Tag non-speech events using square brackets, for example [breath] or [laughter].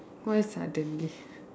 why suddenly [breath]